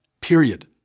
period